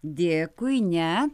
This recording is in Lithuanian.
dėkui ne